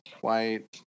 white